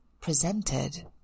presented